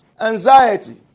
Anxiety